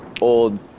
old